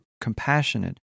compassionate